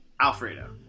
Alfredo